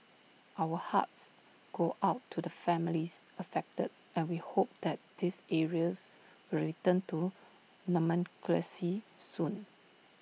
our hearts go out to the families affected and we hope that these areas will return to normalcy soon